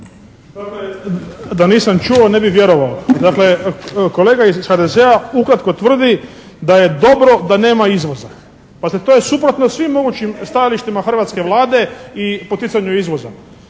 da nisam čuo ne bih vjerovao. Dakle kolega iz HDZ-a ukratko tvrdi da je dobro da nema izvoza. Pazite to je suprotno svim mogućim stajalištima hrvatske Vlade i poticanju izvoza.